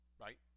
Right